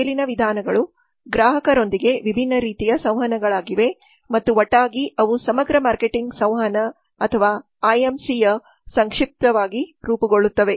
ಮೇಲಿನ ವಿಧಾನಗಳು ಗ್ರಾಹಕರೊಂದಿಗೆ ವಿಭಿನ್ನ ರೀತಿಯ ಸಂವಹನಗಳಾಗಿವೆ ಮತ್ತು ಒಟ್ಟಾಗಿ ಅವು ಸಮಗ್ರ ಮಾರ್ಕೆಟಿಂಗ್ ಸಂವಹನ ಅಥವಾ ಐಎಂಸಿಯ ಸಂಕ್ಷಿಪ್ತವಾಗಿ ರೂಪುಗೊಳ್ಳುತ್ತವೆ